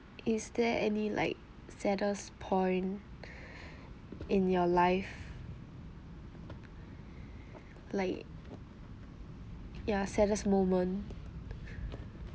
is there any like saddest point in your life like ya saddest moment